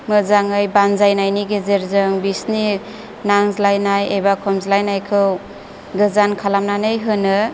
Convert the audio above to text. मोजाङै बानजायनायनि गेजेरजों बिसोरनि नांज्लायनाय एबा खमज्लायनायखौ गोजान खालामनानै होनो